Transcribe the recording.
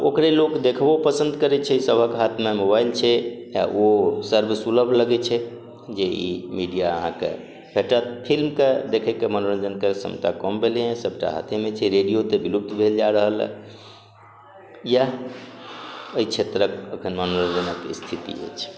ओकरे लोक देखबो पसन्द करै छै सभक हाथमे मोबाइल छै आ ओ सर्व सुलभ लगै छै जे ई मीडिया अहाँके भेटत फिल्मके देखैके मनोरञ्जनके क्षमता कम भेलै हँ सभटा हाथेमे छै रेडियो तऽ विलुप्त भेल जा रहल हँ इएह अइ क्षेत्रक अखैन मनोरञ्जनक स्थिति अछि